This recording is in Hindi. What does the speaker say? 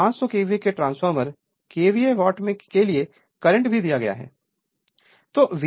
हमें 500 केवीए के ट्रांसफॉर्मर केवीए वाट के लिए करंट भी दिया गया है